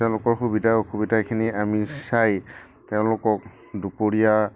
তেওঁলোকৰ সুবিধা অসুবিধাখিনি আমি চাই তেওঁলোকক দুপৰীয়া